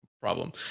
problem